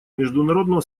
международного